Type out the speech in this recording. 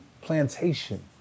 plantation